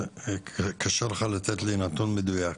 או שקשה לך לתת לי נתון מדויק.